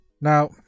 now